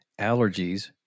allergies